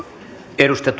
arvoisa